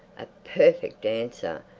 a perfect dancer,